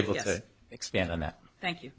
able to expand on that thank you